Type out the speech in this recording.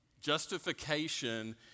Justification